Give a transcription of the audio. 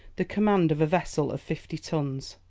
the command of a vessel of fifty tons.